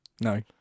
No